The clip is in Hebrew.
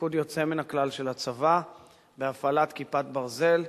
תפקוד יוצא מן הכלל של הצבא בהפעלת "כיפת ברזל".